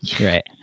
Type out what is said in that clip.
right